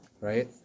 right